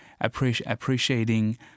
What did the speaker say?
appreciating